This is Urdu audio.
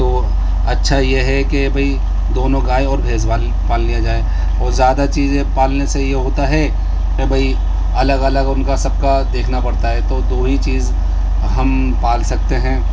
تو اچھا یہ ہے کہ بھائی دونوں گائے اور بھینس بال پال لیا جائے اور زیادہ چیزیں پالنے سے یہ ہوتا ہے کہ بھائی الگ الگ ان کا سب كا دیکھنا پڑتا ہے تو دو ہی چیز ہم پال سکتے ہیں